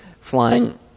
flying